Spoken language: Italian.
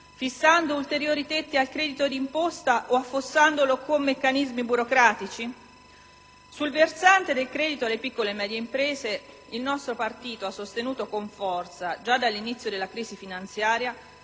Fissando ulteriori tetti al credito di imposta o affossandolo con meccanismi burocratici? Sul versante del credito alle piccole e medie imprese il nostro partito ha sostenuto con forza, già dall'inizio della crisi finanziaria,